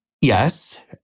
yes